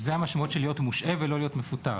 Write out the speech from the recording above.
זו המשמעות של להיות מושעה ולא להיות מפוטר.